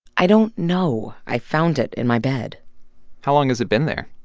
i don't know. i found it in my bed how long has it been there?